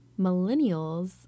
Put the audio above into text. millennials